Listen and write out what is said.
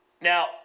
Now